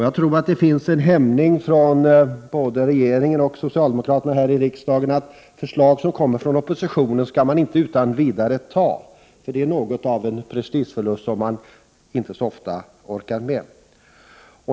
Jag tror att det finns en hämning hos både regeringen och socialdemokraterna här i riksdagen som gör att förslag från oppositionen inte utan vidare kan antas, eftersom det är något av en prestigeförlust som de inte så ofta orkar med.